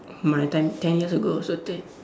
my time ten years ago so te~